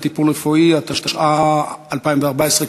התשע"ה 2014,